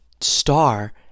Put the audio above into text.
star